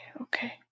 Okay